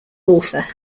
author